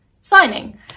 signing